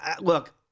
Look